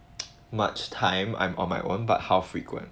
much time I'm on my own but how frequent